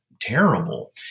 terrible